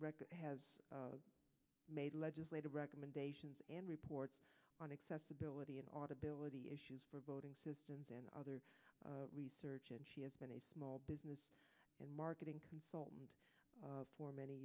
record has made legislative recommendations and reports on accessibility inaudibility issues for voting systems and other research and she has been a small business and marketing consultant for many